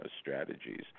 strategies